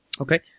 Okay